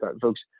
Folks